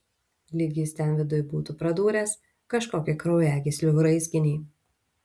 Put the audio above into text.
lyg jis ten viduj būtų pradūręs kažkokį kraujagyslių raizginį